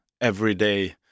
everyday